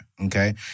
Okay